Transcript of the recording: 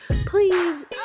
please